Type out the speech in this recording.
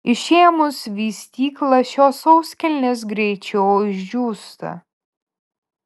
išėmus vystyklą šios sauskelnės greičiau išdžiūsta